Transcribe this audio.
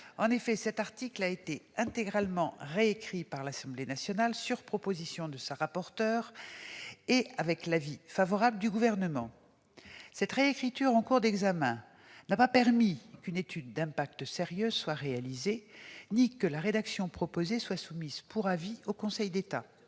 En effet, cet article a été intégralement réécrit par l'Assemblée nationale, sur proposition de sa rapporteur et avec l'avis favorable du Gouvernement. Cette réécriture en cours d'examen n'a pas permis qu'une étude d'impact sérieuse soit réalisée, ni que la rédaction proposée soit soumise pour avis au Conseil d'État.